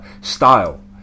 style